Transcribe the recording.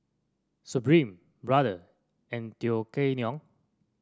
Supreme Brother and Tao Kae Noi